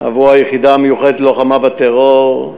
עבור היחידה המיוחדת ללוחמה בטרור,